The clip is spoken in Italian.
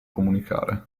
comunicare